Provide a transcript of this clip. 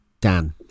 Dan